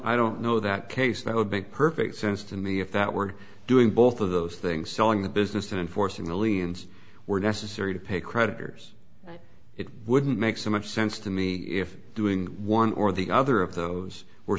i don't know that case no big perfect sense to me if that were doing both of those things selling the business and forcing millions were necessary to pay creditors it wouldn't make so much sense to me if doing one or the other of those were